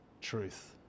truth